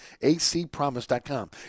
acpromise.com